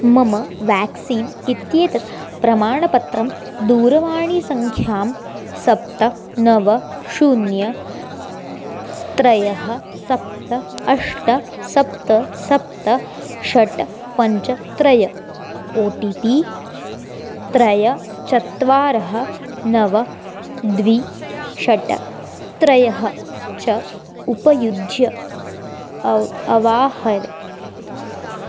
मम व्याक्सीन् इत्येतत् प्रमाणपत्रं दूरवाणीसङ्ख्यां सप्त नव शून्यं त्रयः सप्त अष्ट सप्त सप्त षट् पञ्च त्रय ओ टि पि त्रय चत्वारः नव द्वि षट् त्रयः च उपयुज्य अव् अवाहर